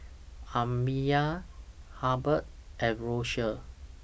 Amiya Halbert and Rosia